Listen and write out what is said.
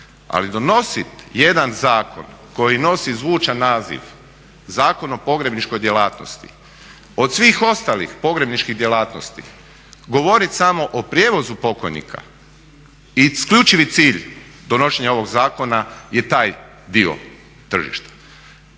ali donositi jedan zakon koji nosi zvučan naziv Zakon o pogrebničkoj djelatnosti od svih ostalih pogrebničkih djelatnosti govorit samo o prijevozu pokojnika i isključivi cilj donošenja ovoga zakona je taj dio tržišta.